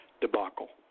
debacle